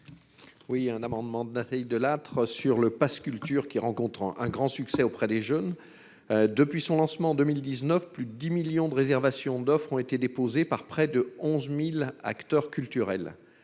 Oui à un amendement de Nathalie Delattre sur le Pass culture qui rencontre un grand succès auprès des jeunes, depuis son lancement en 2019 plus 10 millions de réservations d'offres ont été déposées par près de 11000 acteurs culturels,